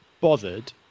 bothered